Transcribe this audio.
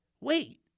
wait